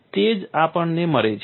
તે જ આપણને મળે છે